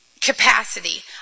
capacity